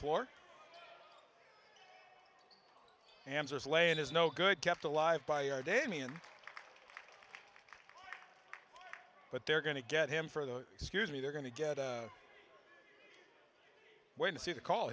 for answers lane is no good kept alive by our damien but they're going to get him for the excuse me they're going to get a way to see the call